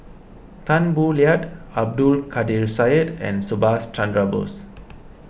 Tan Boo Liat Abdul Kadir Syed and Subhas Chandra Bose